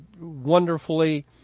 wonderfully